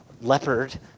leopard